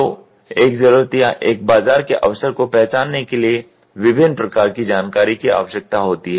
तो एक जरूरत या एक बाजार के अवसर को पहचानने के लिए विभिन्न प्रकार की जानकारी की आवश्यकता होती है